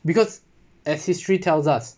because as history tells us